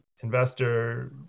investor